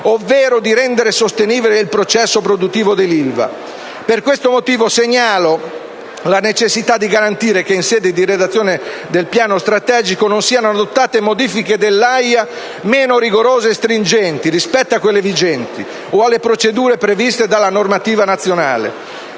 ovvero di rendere sostenibile il processo produttivo dell'Ilva. Per questo motivo segnalo la necessità di garantire che, in sede di redazione del Piano strategico, non siano adottate modifiche all'AIA meno rigorose e stringenti rispetto a quelle vigenti o alle procedure previste dalla normativa nazionale.